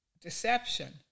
deception